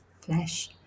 flesh